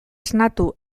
esnatu